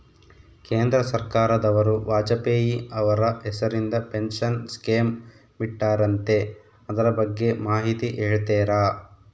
ಕೇಂದ್ರ ಸರ್ಕಾರದವರು ವಾಜಪೇಯಿ ಅವರ ಹೆಸರಿಂದ ಪೆನ್ಶನ್ ಸ್ಕೇಮ್ ಬಿಟ್ಟಾರಂತೆ ಅದರ ಬಗ್ಗೆ ಮಾಹಿತಿ ಹೇಳ್ತೇರಾ?